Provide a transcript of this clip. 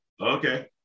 Okay